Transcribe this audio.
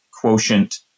quotient